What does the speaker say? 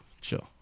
Chill